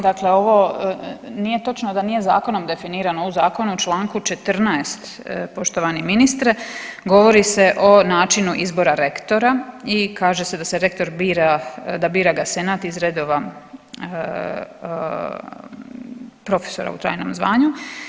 Dakle, ovo nije točno da nije zakonom definirano u zakonu u članku 14. poštovani ministre govori se o načinu izbora rektora i kaže se da se rektor bira, da bira ga Senat iz redova profesora u trajnom zvanju.